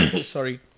Sorry